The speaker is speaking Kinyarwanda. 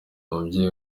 umubyeyi